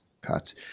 cuts